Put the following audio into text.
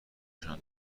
نشان